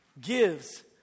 gives